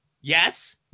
Yes